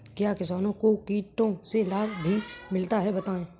क्या किसानों को कीटों से लाभ भी मिलता है बताएँ?